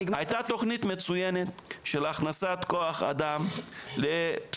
היתה תוכנית מצויינת של הכנסת כוח אדם לפסיכולוגיה